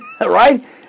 Right